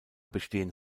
bestehen